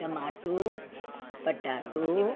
tomato potato